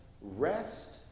rest